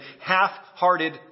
half-hearted